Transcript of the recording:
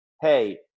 hey